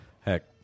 Heck